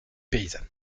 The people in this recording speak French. paysanne